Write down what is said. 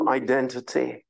identity